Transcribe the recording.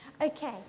Okay